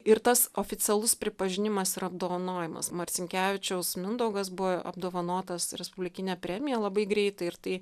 ir tas oficialus pripažinimas ir apdovanojimas marcinkevičiaus mindaugas buvo apdovanotas respublikine premija labai greitai ir tai